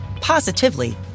positively